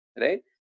right